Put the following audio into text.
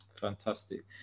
Fantastic